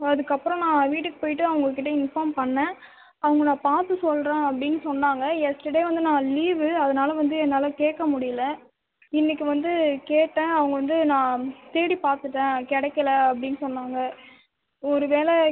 அதற்கப்றோ நான் வீட்டுக்கு போய்விட்டு அவங்ககிட்ட இன்ஃபார்ம் பண்ணேன் அவங்க நான் பார்த்து சொல்லுறேன் அப்படினு சொன்னாங்க எஸ்டர்டே வந்து நான் லீவு அதனால வந்து என்னால் கேட்க முடியல இன்னிக்கு வந்து கேட்டேன் அவங்க வந்து நான் தேடி பார்த்துட்டேன் கிடைக்கல அப்படினு சொன்னாங்க ஒரு வேள